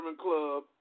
club